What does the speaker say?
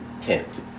tent